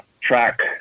track